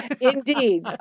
indeed